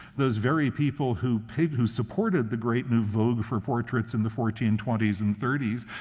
those very people who people who supported the great new vogue for portraits in the fourteen twenty s and thirty s,